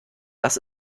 das